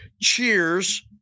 Cheers